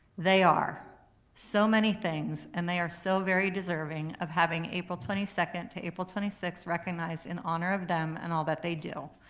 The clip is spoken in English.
they are so many things and they are so very deserving of having april twenty second to april twenty sixth recognized in honor of them and all that they do.